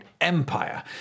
empire